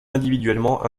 individuellement